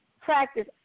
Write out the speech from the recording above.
practice